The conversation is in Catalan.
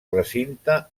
recinte